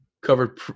covered